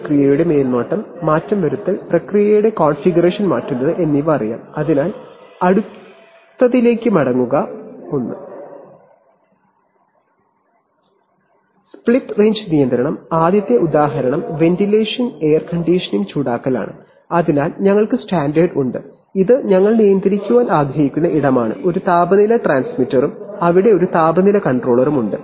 പ്രക്രിയയുടെ മേൽനോട്ടം നടത്തി പ്രക്രിയയുടെ കോൺഫിഗറേഷൻ മാറ്റുന്ന സൂപ്പർവൈസറി നിയന്ത്രണം ആണിത് സ്പ്ലിറ്റ് റേഞ്ച് നിയന്ത്രണം ആദ്യത്തെ ഉദാഹരണം വെന്റിലേഷൻ എയർ കണ്ടീഷനിംഗ് ചൂടാക്കലാണ് അതിനാൽ ഞങ്ങൾക്ക് സ്റ്റാൻഡേർഡ് ഉണ്ട് ഇത് ഞങ്ങൾ നിയന്ത്രിക്കാൻ ആഗ്രഹിക്കുന്ന ഇടമാണ് ഒരു താപനില ട്രാൻസ്മിറ്ററും അവിടെ ഒരു താപനില കൺട്രോളറും ഉണ്ട്